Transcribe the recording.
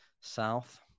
south